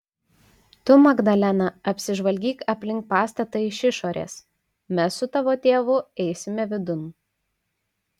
tu magdalena apsižvalgyk aplink pastatą iš išorės mes su tavo tėvu eisime vidun